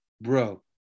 bro